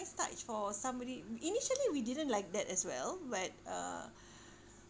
nice touch for somebody initially we didn't like that as well but uh